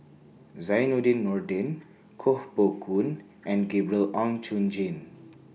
Zainudin Nordin Koh Poh Koon and Gabriel Oon Chong Jin